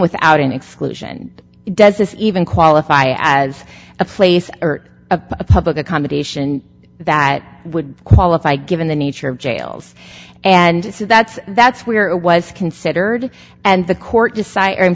without an exclusion does this even qualify as a place of public accommodation that would qualify given the nature of jails and so that's that's where it was considered and the court